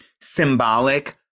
symbolic